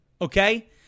Okay